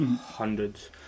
hundreds